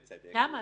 ובצדק,